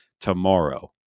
tomorrow